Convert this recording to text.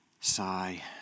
Sigh